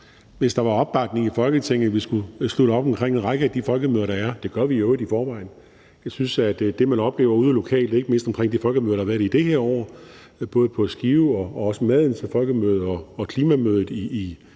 hvis der var opbakning i Folketinget til, at vi skulle slutte op omkring en række af de folkemøder, der er. Og det gør vi i øvrigt i forvejen. Jeg synes, at det, man oplever ude lokalt, ikke mindst omkring de folkemøder, der har været i det her år både på Skivemødet og også Madens Folkemøde og Klimafolkemødet i